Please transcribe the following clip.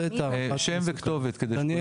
רק שם וכתובת, כדי שכולם יכירו.